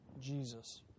Jesus